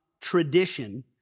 tradition